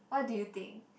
what do you think